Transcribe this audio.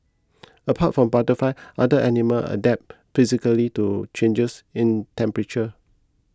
apart from butterfly other animal adapt physically to changes in temperature